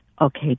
Okay